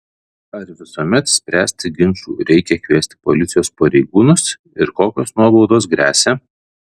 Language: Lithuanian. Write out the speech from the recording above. ar visuomet spręsti ginčų reikia kviesti policijos pareigūnus ir kokios nuobaudos gresia